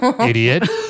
idiot